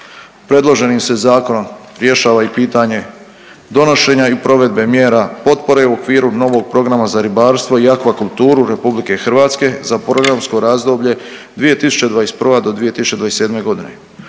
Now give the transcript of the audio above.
Predloženim se zakonom rješava i pitanje donošenja i provedbe mjera potpore u okviru novog Programa za ribarstvo i akvakulturu RH za programsko razdoblje 2021. do 2027. godine.